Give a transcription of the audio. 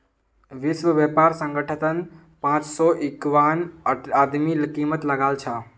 विश्व व्यापार संगठनत पांच सौ इक्यावन आदमी कामत लागल छ